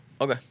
Okay